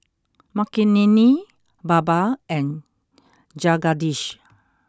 Makineni Baba and Jagadish